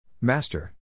Master